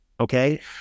Okay